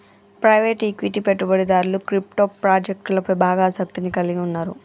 private equity పెట్టుబడిదారులు crypto ప్రాజెక్టులపై బాగా ఆసక్తిని కలిగి ఉన్నరు